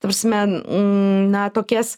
ta prasme na tokias